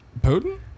Putin